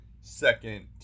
second